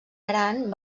gran